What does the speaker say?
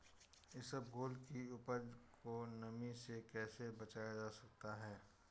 इसबगोल की उपज को नमी से कैसे बचाया जा सकता है?